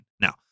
Now